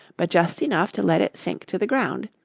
but just enough to let it sink to the ground.